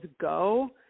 go